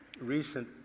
recent